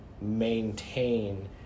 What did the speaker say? maintain